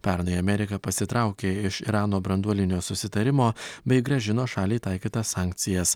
pernai amerika pasitraukė iš irano branduolinio susitarimo bei grąžino šaliai taikytas sankcijas